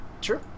Sure